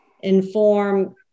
inform